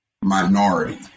minority